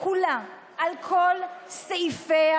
רק ל-48% מהקשישים יש